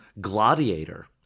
Gladiator